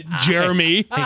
Jeremy